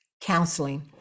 counseling